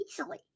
easily